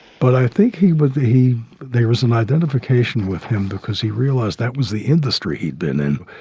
but i think he was the he there is an identification with him because he realized that was the industry he'd been in